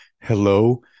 Hello